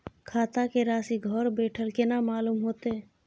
खाता के राशि घर बेठल केना मालूम होते?